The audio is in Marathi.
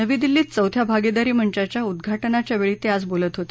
नवी दिल्लीत चौथ्या भागीदारी मंचाच्या उद्घाटनाच्या वेळी ते आज बोलत होते